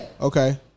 Okay